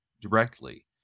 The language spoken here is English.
directly